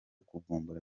kuvumbura